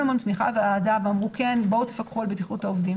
תמיכה אוהדה ואמרו: בואו תפקחו על בטיחות העובדים.